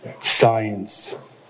science